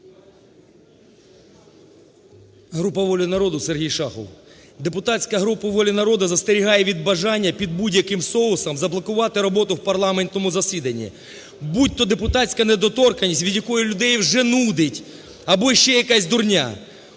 Група "Воля народу", Сергій Шахов. Депутатська група "Воля народу" застерігає від бажання під будь-яким соусом заблокувати роботу в парламентському засіданні, будь-то депутатська недоторканність, від якої людей вже нудить, або ще якась дурня.